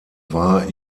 war